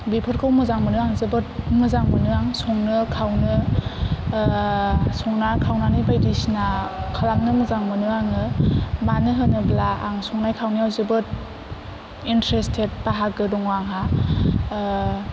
बेफोरखौ मोजां मोनो आं जोबोर मोजां मोनो आं संनो खावनो संना खावनानै बायदिसिना खालामनो मोजां मोनो आङो मानो होनोब्ला आं संनाय खावनायाव जोबोद इनथारेस्थेद बाहागो दङ आंहा